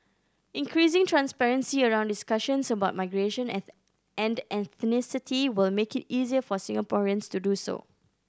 increasing transparency around discussions about migration and and ethnicity will make it easier for Singaporeans to do so